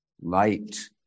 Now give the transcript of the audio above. light